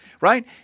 Right